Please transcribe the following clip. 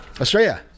Australia